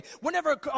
whenever